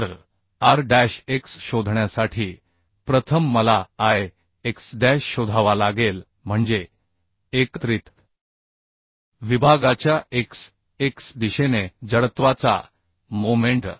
तर R dash x शोधण्यासाठी प्रथम मला I x डॅश शोधावा लागेल म्हणजे एकत्रित विभागाच्या x x दिशेने जडत्वाचा मोमेंट